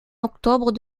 octobre